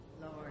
Lord